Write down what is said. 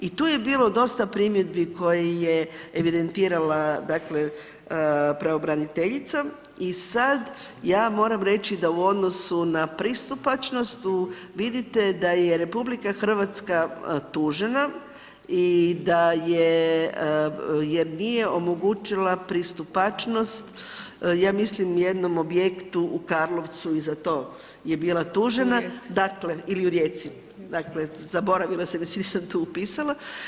I tu je bilo dosta primjedbi koje je evidentirala pravobraniteljica i sad ja moram reći da u odnosu na pristupačnost vidite da je RH tužena i da je, jer nije omogućila pristupačnost ja mislim jednom objektu u Karlovcu i za to je bila tužena ili u Rijeci, zaboravila sam jer si nisam tu upisala.